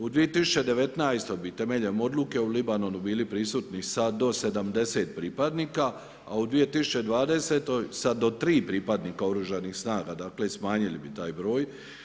U 2019. bi temeljem odluke u Libanonu bili prisutni sa do 70 pripadnika, a u 2020. sa do 3 pripadnika oružanih snaga, dakle i smanjili bi taj broj.